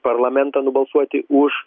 parlamentą nubalsuoti už